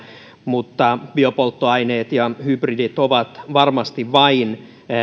mutta biopolttoaineet ja hybridit ovat varmasti vain